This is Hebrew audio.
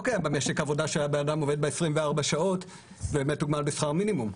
לא קיים במשק עבודה שהבן אדם עובד בה 24 שעות ומתוגמל בשכר מינימום.